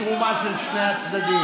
יש תרומה של שני הצדדים.